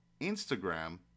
Instagram